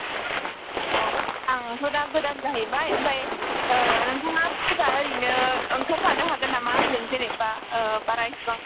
औ अ आंथ' दा गोदान जाहैबाय ओमफ्राय ओ नोंथाङा फैब्ला ओरैनो ओंखारफानो हागोन नामा आंजों जेनेबा ओ बारा इसेबां